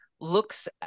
looks